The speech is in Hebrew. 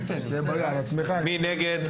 מי נגד?